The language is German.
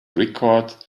records